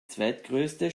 zweitgrößte